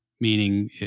meaning